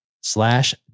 slash